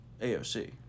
AOC